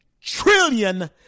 trillion